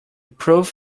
proof